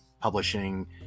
Publishing